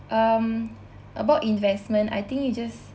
um about investment I think you just